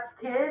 kids